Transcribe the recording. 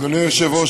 אדוני היושב-ראש,